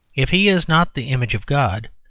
if he is not the image of god,